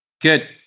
Good